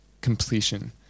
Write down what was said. completion